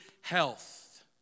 health